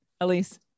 Elise